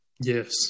Yes